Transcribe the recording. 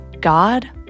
God